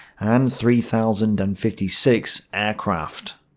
and three thousand and fifty six aircraft.